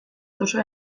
duzue